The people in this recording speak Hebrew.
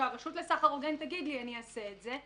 כשהרשות לסחר הוגן תגיד לי אני אעשה את זה",